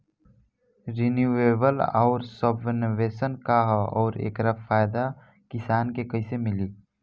Renewable आउर subvention का ह आउर एकर फायदा किसान के कइसे मिली?